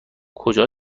کجا